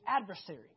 adversary